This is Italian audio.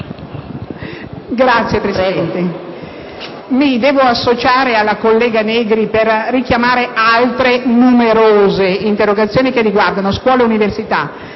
Signora Presidente, mi devo associare alla collega Negri per richiamare altre numerose interrogazioni che riguardano scuola e università,